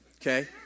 Okay